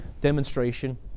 demonstration